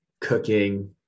cooking